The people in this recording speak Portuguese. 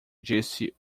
disse